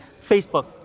Facebook